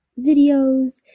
videos